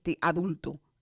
adulto